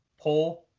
pull